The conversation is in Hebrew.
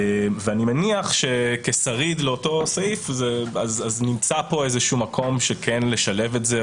אני מניח שכשריד לאותו סעיף נמצא פה איזשהו מקום כן לשלב את זה,